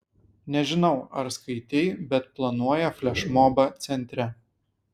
nežinau ar skaitei bet planuoja flešmobą centre